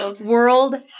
World